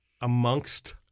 amongst